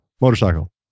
Motorcycle